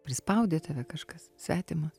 prispaudė tave kažkas svetimas